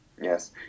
yes